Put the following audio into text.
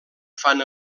fan